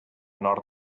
nord